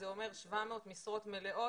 זה אומר 700 משרות מלאות.